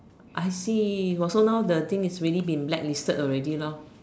I see also now the thing is black listed already lor